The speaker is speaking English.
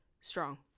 strong